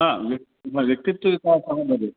हा वा वा व्यक्तित्वविकासः भवेत्